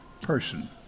person